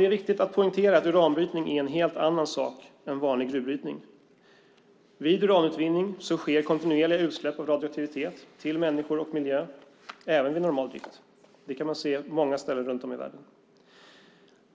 Det är viktigt att poängtera att uranbrytning är en helt annan sak än vanlig gruvbrytning. Vid uranutvinning sker kontinuerliga utsläpp av radioaktivitet till människor och miljö även vid normal drift. Det kan man se på många ställen runt om i världen.